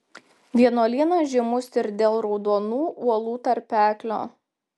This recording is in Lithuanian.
vienuolynas žymus ir dėl raudonų uolų tarpeklio